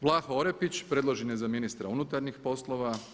Vlaho Orepić, predložen je za ministra unutarnjih poslova.